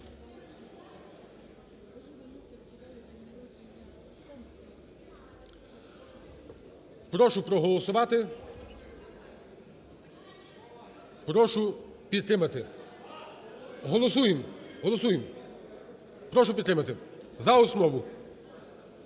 Прошу голосувати, прошу підтримати. Голосуємо. Прошу підтримати. 13:44:56